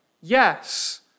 yes